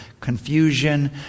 confusion